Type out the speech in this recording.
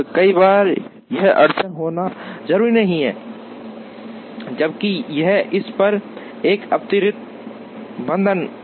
कई बार यह अड़चन होना जरूरी नहीं है जबकि यह इस पर एक अतिरिक्त बंधन है